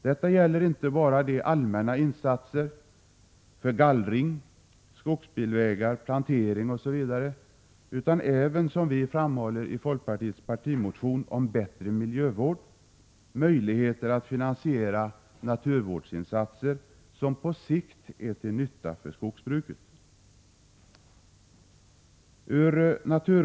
Detta gäller inte bara de allmänna insatserna för gallring, skogsbilvägar, plantering osv. utan även, som vi framhåller i folkpartiets partimotion om bättre miljövård, möjligheter att finansiera naturvårdsinsatser, som på sikt är till nytta för skogsbruket.